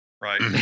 right